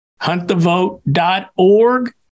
HuntTheVote.org